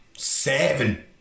seven